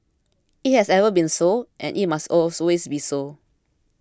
it has ever been so and it must always be so